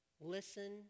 listen